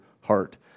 heart